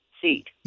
seat